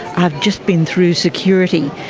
i've just been through security,